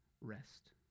rest